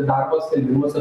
darbo skelbimuose